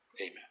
Amen